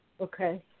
Okay